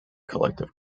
collective